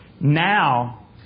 Now